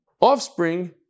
offspring